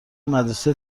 مدرسه